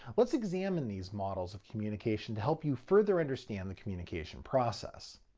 let's examine these models of communication to help you further understand the communication process.